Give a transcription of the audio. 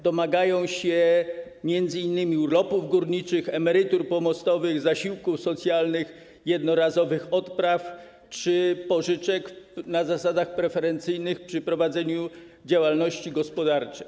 Domagają się oni m.in. urlopów górniczych, emerytur pomostowych, zasiłków socjalnych, jednorazowych odpraw czy pożyczek na zasadach preferencyjnych przy prowadzeniu działalności gospodarczej.